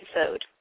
episode